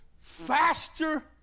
faster